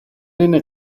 είναι